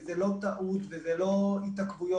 וזה לא טעות וזה לא התעכבויות,